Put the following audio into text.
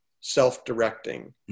self-directing